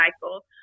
cycle